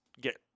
get